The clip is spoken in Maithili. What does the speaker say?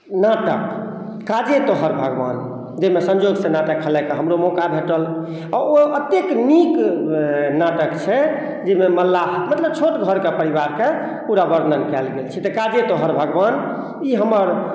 नाटक काजे तोहर भगवान जाहिमे संजोग सॅं नाटक खेलाइ के हमरो मौका भेटल आ ओ अतेक नीक नाटक छै जाहिमे मल्लाह मतलब छोट घर परिवार के पूरा वर्णन कयल गेल छै तऽ काजे तोहर भगवान ई हमर